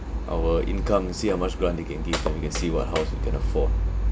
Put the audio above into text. our income see how much grant they can give and we can see what house we can afford